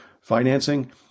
financing